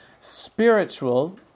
spiritual